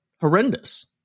Horrendous